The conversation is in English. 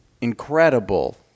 incredible